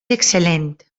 excel·lent